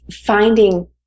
finding